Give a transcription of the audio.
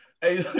Hey